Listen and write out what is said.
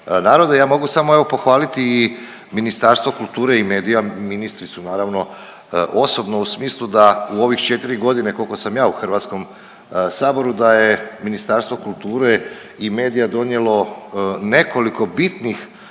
naroda. Ja mogu samo evo pohvaliti i Ministarstvo kulture i medija, ministricu naravno osobno u smislu da u ovih 4 godine koliko sam ja u Hrvatskom saboru da je Ministarstvo kulture i medija donijelo nekoliko bitnih